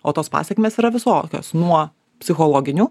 o tos pasekmės yra visokios nuo psichologinių